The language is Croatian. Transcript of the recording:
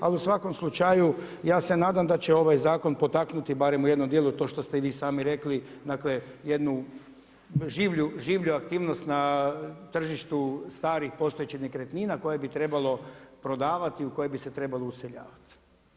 Ali u svakom slučaju ja se nadam da će ovaj zakon potaknuti barem u jednom dijelu to što ste i vi sami rekli dakle jednu življu aktivnost na tržištu starih postojećih nekretnina koje bi trebalo prodavati u koje bi se trebalo useljavat.